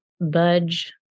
budge